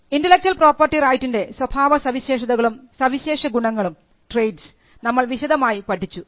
intellectual property റൈറ്റിൻറെ സ്വഭാവസവിശേഷതകളും സവിശേഷഗുണങ്ങളും നമ്മൾ വിശദമായി പഠിച്ചു